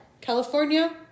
California